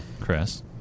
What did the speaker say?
Chris